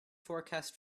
forecast